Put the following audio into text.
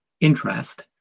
interest